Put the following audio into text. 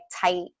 tight